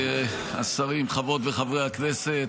השרים, חברות וחברי הכנסת